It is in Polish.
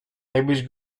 jakbyś